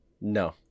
No